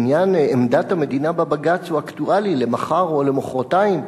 עניין עמדת המדינה בבג"ץ הוא אקטואלי למחר או למחרתיים.